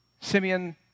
Simeon